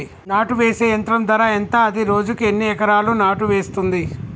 నాటు వేసే యంత్రం ధర ఎంత? అది రోజుకు ఎన్ని ఎకరాలు నాటు వేస్తుంది?